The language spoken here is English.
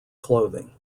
clothing